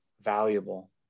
valuable